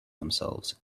themselves